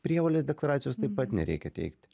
prievolės deklaracijos taip pat nereikia teikti